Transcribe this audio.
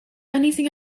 anything